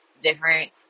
different